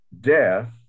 death